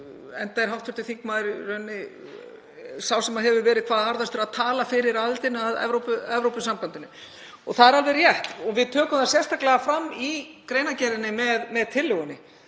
enda er hv. þingmaður í rauninni sá sem hefur verið hvað harðastur í að tala fyrir aðild að Evrópusambandinu. Það er alveg rétt og við tökum það sérstaklega fram í greinargerðinni með tillögunni